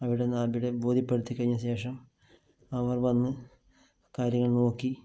അവിടുന്ന് അവിടെ ബോധ്യപ്പെടുത്തി കഴിഞ്ഞ ശേഷം അവര് വന്ന് കാര്യങ്ങള് നോക്കി